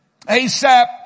Asap